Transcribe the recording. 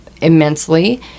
immensely